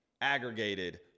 aggregated